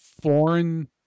foreign